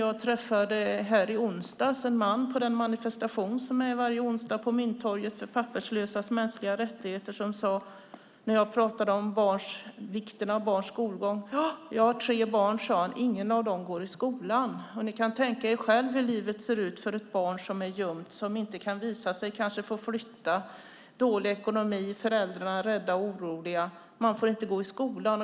Jag träffade i onsdags en man på den manifestation för papperslösas mänskliga rättigheter som hålls varje onsdag på Mynttorget, och när jag pratade om vikten av barns skolgång sade han: Jag har tre barn, och inget av dem går i skolan. Ni kan tänka er själva hur livet ser ut för ett barn som är gömt, inte kan visa sig, kanske får flytta, har dålig ekonomi, har rädda och oroliga föräldrar och inte får gå i skola.